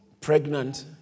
pregnant